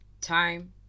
Time